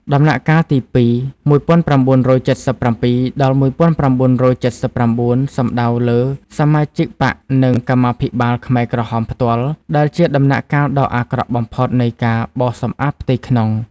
ដំណាក់កាលទីពីរ ១៩៧៧-១៩៧៩ សំដៅលើសមាជិកបក្សនិងកម្មាភិបាលខ្មែរក្រហមផ្ទាល់ដែលជាដំណាក់កាលដ៏អាក្រក់បំផុតនៃការបោសសម្អាតផ្ទៃក្នុង។